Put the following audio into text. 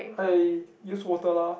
I use water lah